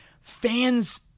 fans